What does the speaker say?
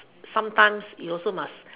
sometimes you also must